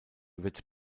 wird